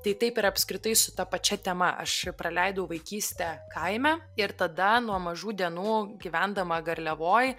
tai taip ir apskritai su ta pačia tema aš praleidau vaikystę kaime ir tada nuo mažų dienų gyvendama garliavoj